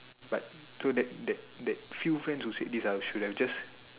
but through that that that few friends who said this I should have just